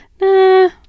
nah